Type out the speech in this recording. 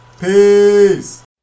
peace